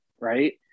right